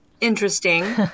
interesting